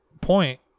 point